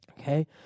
Okay